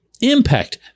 impact